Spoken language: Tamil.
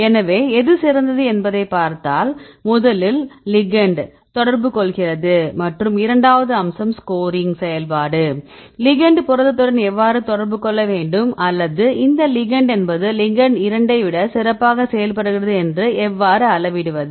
எனவே எது சிறந்தது என்பதைப் பார்த்தால் முதலில் லிகெண்ட் தொடர்பு கொள்கிறது மற்றும் இரண்டாவது அம்சம் ஸ்கோரிங் செயல்பாடு லிகெண்ட் புரதத்துடன் எவ்வாறு தொடர்பு கொள்ள வேண்டும் அல்லது இந்த லிகெண்ட் என்பது லிகெண்ட் இரண்டை விட சிறப்பாக செயல்படுகிறது என்று எவ்வாறு அளவிடுவது